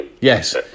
Yes